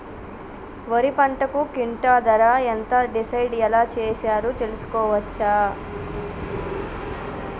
వరి పంటకు క్వింటా ధర ఎంత డిసైడ్ ఎలా చేశారు తెలుసుకోవచ్చా?